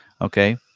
Okay